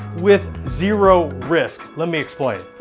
with zero risk, let me explain.